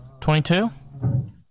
Twenty-two